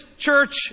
church